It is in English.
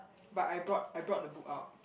but I brought I brought the book out